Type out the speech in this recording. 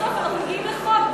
בסוף אנחנו מגיעים לחוק.